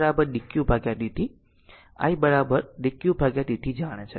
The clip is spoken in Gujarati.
2 નો ઉપયોગ કરીને જે i dq dt i dq dt જાણે છે